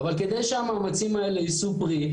אבל כדי שהמאמצים האלה יישאו פרי,